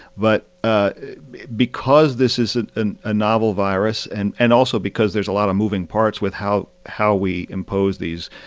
but ah because this is ah and a novel virus, and and also because there's a lot of moving parts with how how we impose these